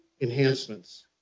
enhancements